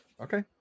okay